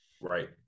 Right